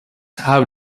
have